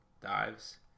dives